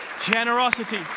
Generosity